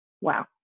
wow